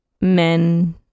men